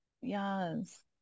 Yes